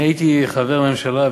אני הייתי חבר הממשלה,